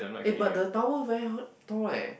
eh but the tower very high tall eh